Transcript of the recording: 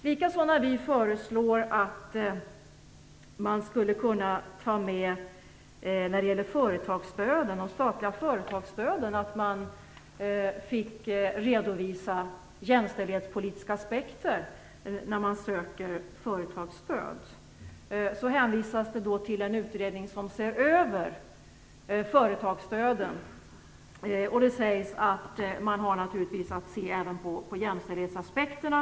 Likadant är det med vårt förslag om att man skall redovisa jämställdhetspolitiska aspekter när man söker statligt företagsstöd. Det hänvisas till en utredning som har i uppgift att se över företagsstöden, och det sägs att den naturligtvis har att se till jämställdhetsaspekterna.